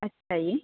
ਅੱਛਾ ਜੀ